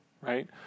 right